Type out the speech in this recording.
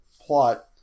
plot